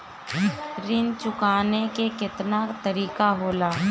ऋण चुकाने के केतना तरीका होला?